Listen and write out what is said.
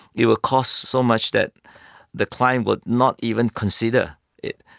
it will cost so much that the client would not even consider it.